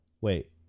Wait